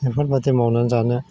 बेफोरबायदि मावनानै जानो